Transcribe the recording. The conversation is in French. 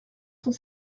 cent